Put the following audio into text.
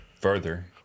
further